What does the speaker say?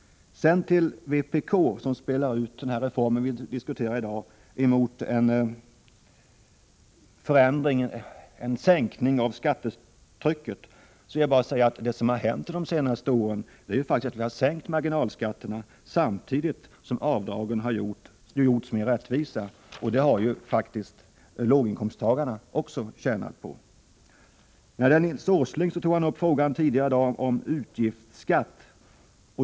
Sedan till vpk, som spelar ut den reform vi diskuterar i dag mot en sänkning av skattetrycket. Om det vill jag bara säga att det som hänt under de senaste åren är att vi faktiskt sänkt marginalskatterna, samtidigt som avdragen har gjorts mera rättvisa, och det har låginkomsttagarna också tjänat på. Nils Åsling tog tidigare i dag upp frågan om utgiftsskatt.